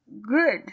good